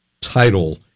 title